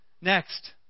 Next